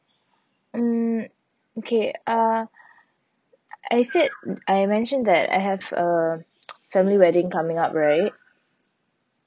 mm okay uh I said I mentioned that I have a family wedding coming up right